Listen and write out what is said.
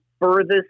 furthest